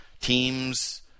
teams